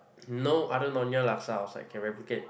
no other Nyonya laksa outside can replicate